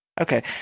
Okay